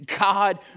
God